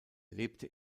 lebte